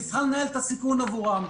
היא צריכה לנהל עבורם את הסיכון,